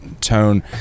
tone